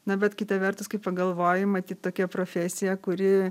na bet kita vertus kai pagalvoji matyt tokia profesija kuri